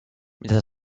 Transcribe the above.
mida